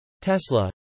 Tesla